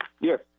Yes